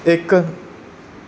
ਇੱਕ